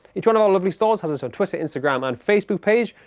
each one of our lovely stores has its own twitter instagram and facebook page.